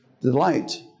delight